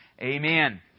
Amen